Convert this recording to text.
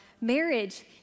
marriage